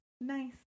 nice